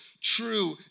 true